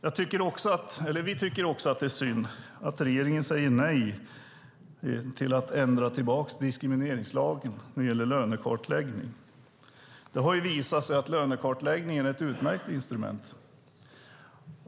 Vi tycker att det är synd att regeringen säger nej till att ändra tillbaka diskrimineringslagen när det gäller lönekartläggning. Det har visat sig att lönekartläggning är ett utmärkt instrument.